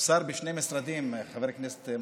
שר בשני משרדים, חבר הכנסת מנסור.